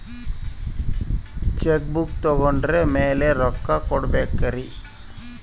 Check book ತೊಗೊಂಡ್ರ ಮ್ಯಾಲೆ ರೊಕ್ಕ ಕೊಡಬೇಕರಿ?